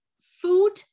food